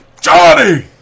Johnny